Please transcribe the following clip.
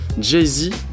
Jay-Z